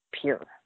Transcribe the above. pure